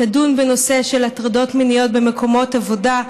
תדון בנושא של הטרדות מיניות במקומות עבודה,